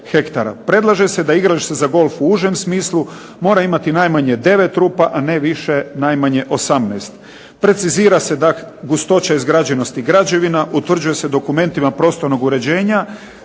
predlaže se da igralište za golf u užem smislu mora imati najmanje 9 rupa, a ne više najmanje 18. Precizira se da gustoća izgrađenosti građevina utvrđuje se dokumentima prostornog uređenja